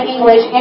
English